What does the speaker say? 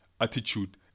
attitude